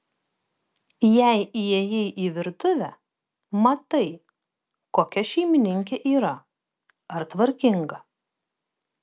jei įėjai į virtuvę matai kokia šeimininkė yra ar tvarkinga